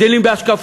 יש הבדלים בהשקפות,